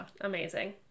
Amazing